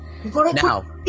Now